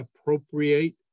appropriate